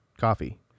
coffee